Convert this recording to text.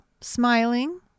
smiling